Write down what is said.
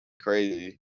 crazy